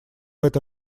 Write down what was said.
это